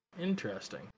Interesting